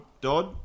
Dodd